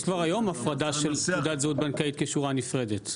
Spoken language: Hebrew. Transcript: יש כבר היום הפרדה של תעודת זהות בנקאית כשורה נפרדת.